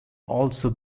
also